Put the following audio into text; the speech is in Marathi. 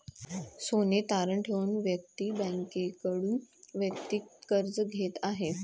सोने तारण ठेवून व्यक्ती बँकेकडून वैयक्तिक कर्ज घेत आहे